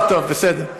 טוב, טוב, בסדר.